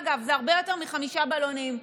אגב, זה הרבה יותר מחמישה בלונים.